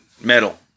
metal